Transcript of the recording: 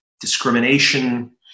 discrimination